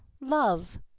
love